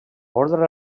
ordre